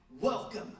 welcome